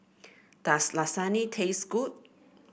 does Lasagne taste good